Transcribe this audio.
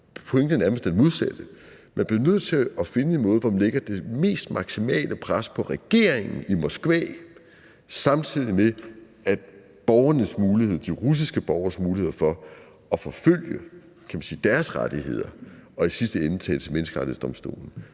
pointen er nærmest det modsatte. Man bliver nødt til at finde en måde, hvor man lægger det maksimale pres på regeringen i Moskva, samtidig med at de russiske borgeres mulighed for at forfølge deres rettigheder og i sidste ende tage det til Menneskerettighedsdomstolen